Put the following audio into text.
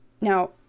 Now